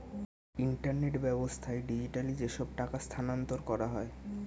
internet ব্যাবস্থায় digitally যেসব টাকা স্থানান্তর করা হয়